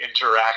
interact